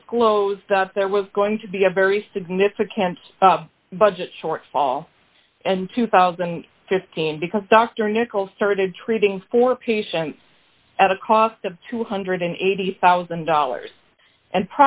disclose that there was going to be a very significant budget shortfall and two thousand and fifteen because dr nichols started treating four patients at a cost of two hundred and eighty thousand dollars and